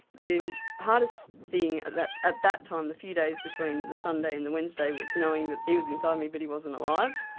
the hardest thing at that time, the few days between the sunday and the wednesday, was knowing that he was inside me but he wasn't alive,